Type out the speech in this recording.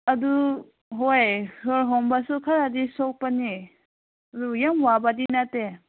ꯑꯗꯨ ꯍꯣꯏ ꯁꯣꯔ ꯍꯣꯟꯕꯁꯨ ꯈꯔꯗꯤ ꯁꯣꯛꯄꯅꯦ ꯑꯗꯨ ꯌꯥꯝ ꯋꯥꯕꯗꯤ ꯅꯠꯇꯦ